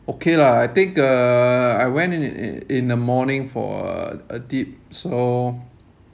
okay lah I think uh I went in in in in the morning for a a dip so